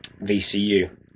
VCU